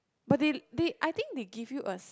but they they I think they give you a